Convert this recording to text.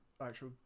actual